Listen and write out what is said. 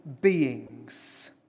beings